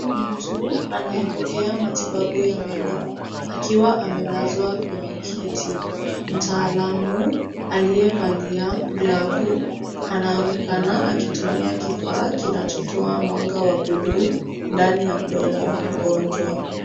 Mtu anayepokea matibabu ya meno akiwa amelazwa kwenye kiti. Mtaalamu aliyevalia glavu anaonekana akitumia kifaa kinachotoa mwanga wa buluu ndani ya mdomo wa mgonjwa.